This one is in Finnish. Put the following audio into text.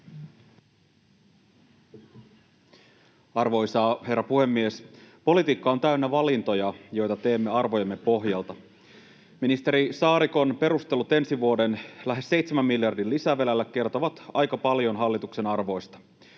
Arvoisa herra puhemies! Politiikka on täynnä valintoja, joita teemme arvojemme pohjalta. Ministeri Saarikon perustelut ensi vuoden lähes 7 miljardin lisävelalle kertovat aika paljon hallituksen arvoista.